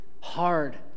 Hard